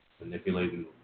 Manipulating